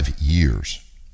years